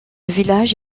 village